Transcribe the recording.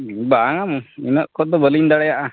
ᱵᱟᱝᱟ ᱤᱱᱟᱹᱜ ᱠᱷᱚᱱ ᱫᱚ ᱵᱟᱹᱞᱤᱧ ᱫᱟᱲᱮᱭᱟᱜᱼᱟ